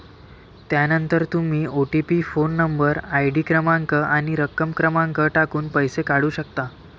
त्यानंतर तुम्ही OTP phone number, ID क्रमांक आणि रक्कम क्रमांक टाकून पैसे काढू शकता